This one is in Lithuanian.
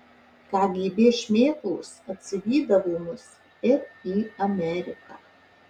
kgb šmėklos atsivydavo mus ir į ameriką